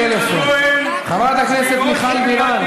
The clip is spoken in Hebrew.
בטלפון, חברת הכנסת מיכל בירן,